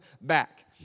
back